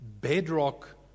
bedrock